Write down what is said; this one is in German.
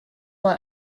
mal